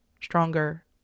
stronger